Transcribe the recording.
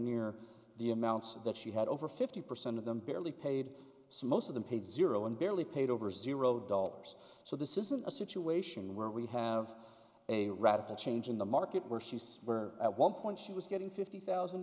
near the amounts that she had over fifty percent of them barely paid so most of them paid zero and barely paid over zero dollars so this isn't a situation where we have a radical change in the market where she's at one point she was getting fifty thousand